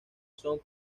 son